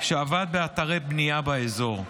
שעבד באתרי בנייה באזור.